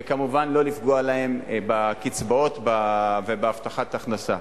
וכמובן, לא לפגוע להן בקצבאות ובהבטחת הכנסה.